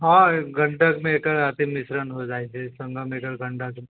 हॅं गंडकमे एकर मिश्रण हो जाइ हय सुनना मे आयल गंडक मे